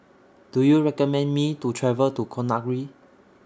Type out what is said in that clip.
Do YOU recommend Me to travel to Conakry